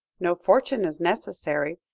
no fortune is necessary,